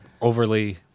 overly